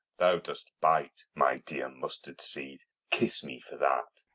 thou dost bite, my dear mustard-seed kiss me for that.